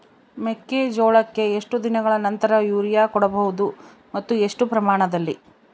ಮೆಕ್ಕೆಜೋಳಕ್ಕೆ ಎಷ್ಟು ದಿನಗಳ ನಂತರ ಯೂರಿಯಾ ಕೊಡಬಹುದು ಮತ್ತು ಎಷ್ಟು ಪ್ರಮಾಣದಲ್ಲಿ?